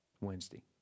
Wednesday